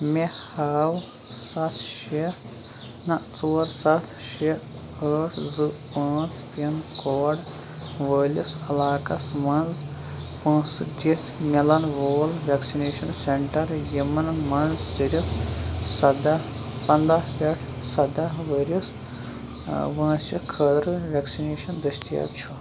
مےٚ ہاو سَتھ شےٚ نہ ژور سَتھ شےٚ ٲٹھ زٕ پانٛژھ پِن کوڈ وٲلِس علاقس مَنٛز پونٛسہٕ دِتھ مِلَن وول ویکسِنیشن سینٹر یِمَن مَنٛز صِرف سداہ پنٛداہ پٮ۪ٹھ سَداہ ؤرِس وٲنٛسہِ خٲطرٕ ویکسِنیشن دٔستِیاب چھُ